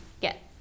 get